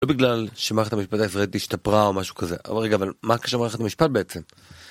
לא בגלל שמערכת המשפט הישראלית השתפרה או משהו כזה, אבל רגע, אבל מה קשור מערכת המשפט בעצם?